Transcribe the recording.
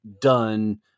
Done